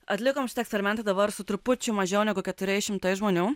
atlikom šitą eksperimentą dabar su trupučiu mažiau negu keturias šimtais žmonių